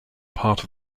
part